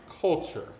culture